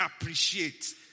appreciate